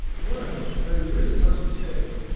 well, i really must say!